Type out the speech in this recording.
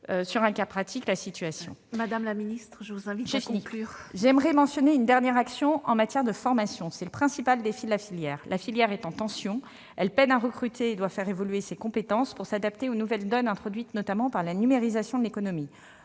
un éclairage sur la situation. Madame la secrétaire d'État, je vous invite à conclure. J'aimerais mentionner une dernière action en matière de formation. C'est le principal défi de la filière. La filière est en tension. Elle peine à recruter et doit faire évoluer ses compétences pour s'adapter aux nouvelles donnes introduites notamment par la numérisation de l'économie.